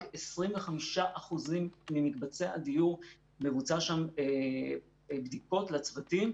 רק 25% ממקבצי הדיור מבוצע שם בדיקות לצוותים.